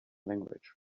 language